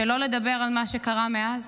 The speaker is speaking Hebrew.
שלא לדבר על מה שקרה מאז,